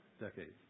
decades